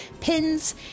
pins